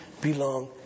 belong